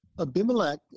Abimelech